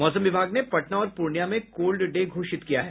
मौसम विभाग ने पटना और पूर्णियां में कोल्ड डे घोषित किया है